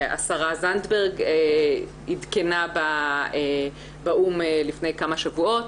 השרה זנדברג עדכנה באו"ם לפני כמה שבועות.